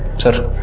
sir.